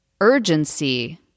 urgency